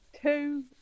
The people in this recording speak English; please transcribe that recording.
two